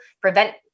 prevent